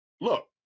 Look